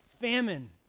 famine